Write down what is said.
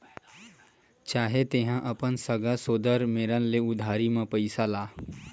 चाहे तेंहा अपन सगा सोदर मेरन ले उधारी म पइसा ला